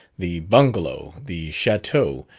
the bungalow, the chateau,